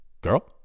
girl